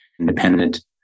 independent